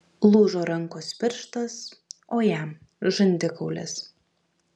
lūžo rankos pirštas o jam žandikaulis